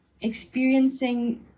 experiencing